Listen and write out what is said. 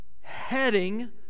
heading